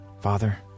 father